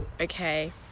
Okay